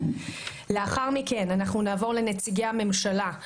לאחר מכן נעבור לנציגי הממשלה,